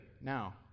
now